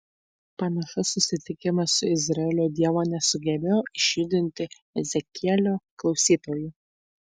panašus susitikimas su izraelio dievu nesugebėjo išjudinti ezekielio klausytojų